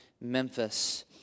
Memphis